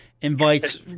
invites